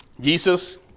Jesus